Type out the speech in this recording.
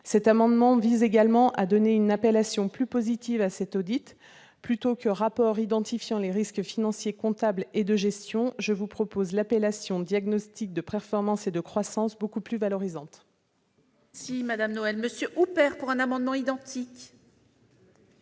Cet amendement vise également à donner une appellation plus positive à cet audit : plutôt que « rapport identifiant les risques financiers, comptables et de gestion », je vous propose l'appellation « diagnostic de performance et de croissance », beaucoup plus valorisante. La parole est à M. Alain Houpert, pour présenter l'amendement